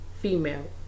female